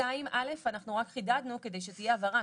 2(א) אנחנו רק חידדנו כדי שתהיה הבהרה,